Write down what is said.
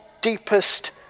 deepest